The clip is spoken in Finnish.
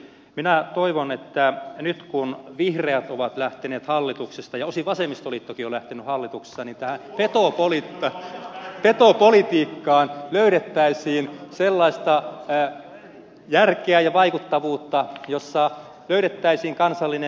minä toivon että nyt kun vihreät ovat lähteneet hallituksesta ja osin vasemmistoliittokin on lähtenyt hallituksesta tähän petopolitiikkaan löydettäisiin sellaista järkeä ja vaikuttavuutta josta löydettäisiin riittävä kansallinen yksimielisyys